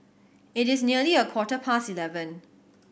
it is nearly a quarter past eleven